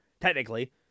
technically